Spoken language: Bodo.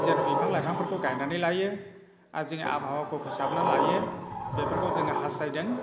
जेन' बिफां लाइफां फोरखौ गायनानै लायो आरो जेन' आबहावाखौ फोसाबना लायो बेफोरखौ जों हासथायगोन